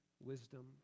wisdom